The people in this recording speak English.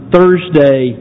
Thursday